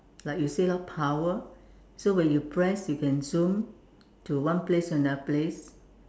like you say lor power so when you press you can zoom to one place to another place